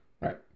Right